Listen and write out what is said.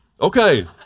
Okay